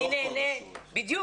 מי נהנה מזה.